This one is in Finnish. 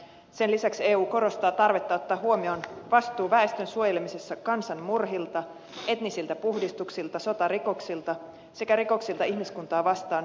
sen lisäksi eu korostaa tarvetta ottaa huomioon turvallisuusneuvostossa ja yleiskokouksessa vastuun väestön suojelemisessa kansanmurhilta etnisiltä puhdistuksilta sotarikoksilta sekä rikoksilta ihmiskuntaa vastaan